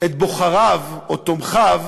את בוחריו או תומכיו